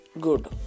good